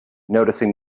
noticing